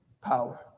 power